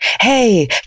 Hey